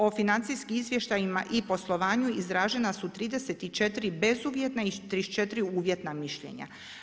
O financijskim izvještajima i poslovanju izražena su 34 bezuvjetna i 34 uvjetna mišljenja.